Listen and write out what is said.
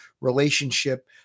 relationship